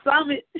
summit